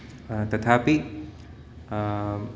तथापि